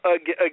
Again